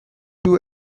two